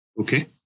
Okay